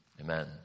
Amen